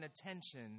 attention